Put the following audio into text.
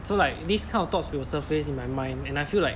so like this kind of thoughts will surface in my mind and I feel like